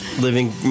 Living